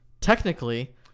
Technically